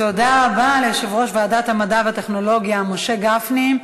תודה רבה ליושב-ראש ועדת המדע והטכנולוגיה משה גפני.